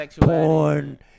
porn